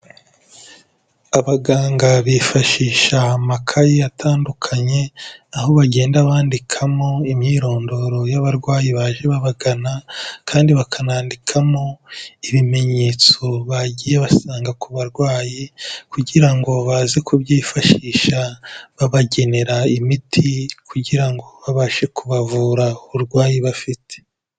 Abaganga bifashisha amakaye atandukanye, aho bagenda bandikamo imyirondoro y'abarwayi baje babagana, kandi bakanandikamo ibimenyetso bagiye basanga ku barwayi, kugira ngo baze kubyifashisha babagenera imiti, kugira ngo babashe kubavura, uburwayi bafite.